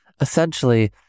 essentially